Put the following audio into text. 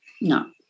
No